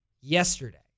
yesterday